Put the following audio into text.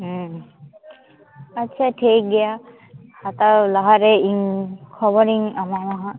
ᱦᱩᱸ ᱟᱪᱪᱷᱟ ᱴᱷᱤᱠᱜᱮᱭᱟ ᱦᱟᱛᱟᱣ ᱞᱟᱦᱟ ᱨᱮ ᱤᱧ ᱠᱷᱚᱵᱚᱨᱤᱧ ᱮᱢᱟᱢᱟ ᱦᱟᱸᱜ